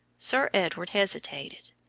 sir edward hesitated.